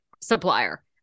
supplier